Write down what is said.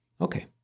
Okay